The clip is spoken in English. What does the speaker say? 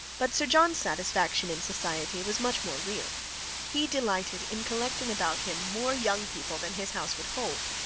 but sir john's satisfaction in society was much more real he delighted in collecting about him more young people than his house would hold,